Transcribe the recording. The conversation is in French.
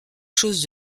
chose